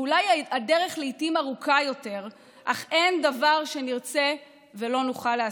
ואולי הדרך לעיתים ארוכה יותר אך אין דבר שנרצה ולא נוכל להשיג.